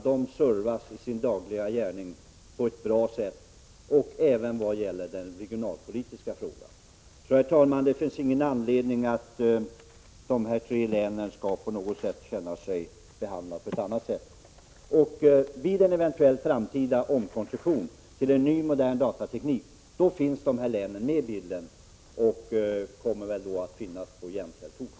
De servas på ett bra sätt i sin dagliga gärning, även vad gäller de regionalpolitiska synpunkterna. Det finns alltså, herr talman, ingen anledning för de tre länen att känna sig sämre behandlade. Vid en eventuell framtida övergång till ny, modern datateknik finns dessa län med i bilden och kommer att vara jämställda med övriga län.